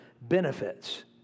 benefits